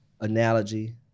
analogy